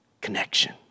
Connection